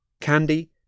candy